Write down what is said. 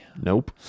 nope